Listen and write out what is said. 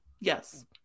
Yes